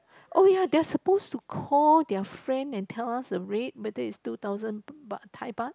oh ya they're suppose to call their friend and tell us the rate whether is two thousand baht Thai Baht